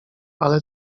ale